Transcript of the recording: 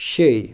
شے